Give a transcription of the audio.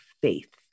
faith